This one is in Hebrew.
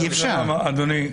אדוני,